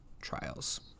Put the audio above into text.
trials